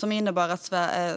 Den innebar att